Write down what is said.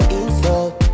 insult